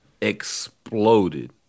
exploded